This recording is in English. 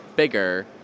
bigger